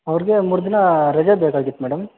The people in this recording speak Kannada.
ಅವ್ರಿಗೆ ಮೂರು ದಿನ ರಜೆ ಬೇಕಾಗಿತ್ತು ಮೇಡಮ್